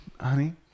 honey